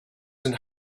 and